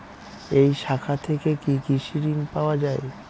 এই শাখা থেকে কি কৃষি ঋণ পাওয়া যায়?